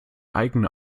eigene